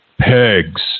pegs